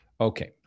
okay